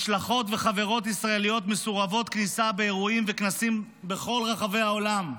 משלחות וחברות ישראליות מסורבות כניסה באירועים ובכנסים בכל רחבי העולם.